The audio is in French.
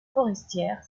forestière